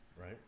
Right